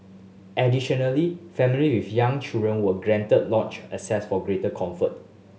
additionally family with young children were granted lounge access for greater comfort